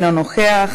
אינו נוכח,